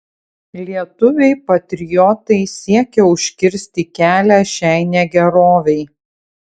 lietuviai patriotai siekė užkirsti kelią šiai negerovei